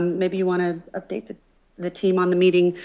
maybe you want to update the the team on the meeting,